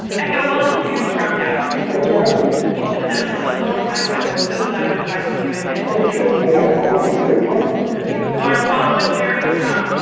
echo, welcome to trump cast. thanks for having me. we should have done this a long time ago. i'm so glad we're finally doing it, to be sure am i following mary trump? you are following barry trump.